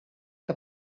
que